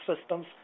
systems